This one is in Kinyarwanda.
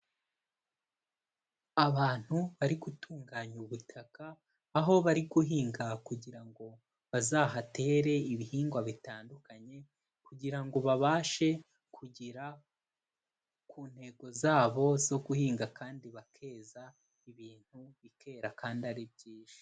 Abantu bari gutunganya ubutaka, aho bari guhinga kugira ngo bazahatere ibihingwa bitandukanye, kugira ngo babashe kugera ku ntego zabo zo guhinga kandi bakeza, ibintu bikera kandi ari byiza.